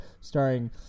starring